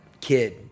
kid